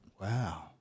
Wow